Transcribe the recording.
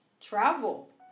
Travel